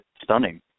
stunning